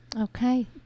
Okay